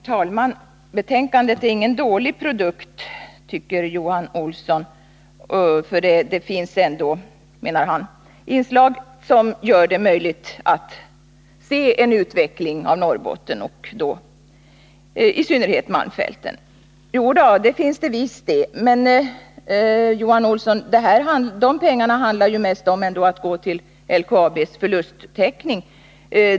Herr talman! Betänkandet är ingen dålig produkt, tycker Johan Olsson. Där finns ändå, menar han, inslag som gör det möjligt att se en utveckling av Norrbotten och i synnerhet av malmfälten. Jo då, det finns det visst. Men, Johan Olsson, de pengarna skall ju i första hand gå till LKAB:s förlusttäckning.